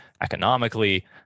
economically